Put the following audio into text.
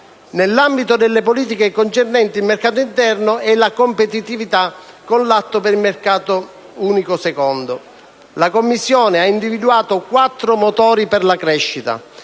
Nell'ambito delle politiche concernenti il mercato interno e la competitività, con l'Atto per il Mercato Unico II la Commissione ha individuato quattro motori per la crescita,